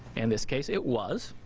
and this case it was.